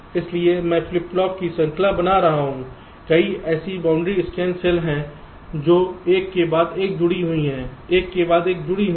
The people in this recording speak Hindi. इसलिए मैं फ्लिप फ्लॉप की श्रृंखला बना रहा हूं कई ऐसी बाउंड्री स्कैन सेल हैं जो एक के बाद एक जुड़ी हुई हैं एक के बाद एक जुड़ी हुई हैं